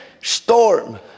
storm